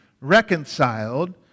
reconciled